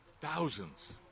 thousands